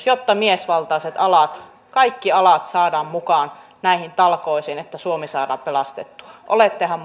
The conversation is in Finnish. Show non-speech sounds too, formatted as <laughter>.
<unintelligible> jotta miesvaltaiset alat kaikki alat saadaan mukaan näihin talkoisiin että suomi saadaan pelastettua olettehan <unintelligible>